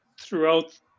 throughout